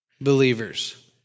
believers